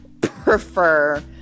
prefer